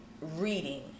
reading